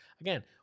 Again